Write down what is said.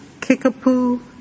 kickapoo